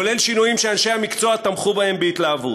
כולל שינויים שאנשי המקצוע תמכו בהם בהתלהבות.